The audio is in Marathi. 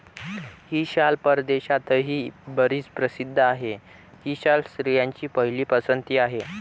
ही शाल परदेशातही बरीच प्रसिद्ध आहे, ही शाल स्त्रियांची पहिली पसंती आहे